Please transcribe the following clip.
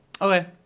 Okay